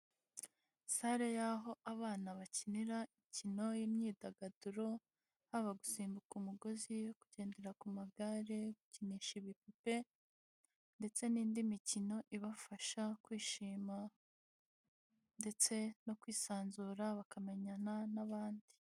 Sare yaho abana bakinira imikino y'imyidagaduro haba gusimbuka umugozi kugendera ku magare gukinisha ibipupe, ndetse n'indi mikino ibafasha kwishima ndetse no kwisanzura bakamenyana n'abandi.